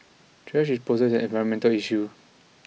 trash disposal is an environmental issue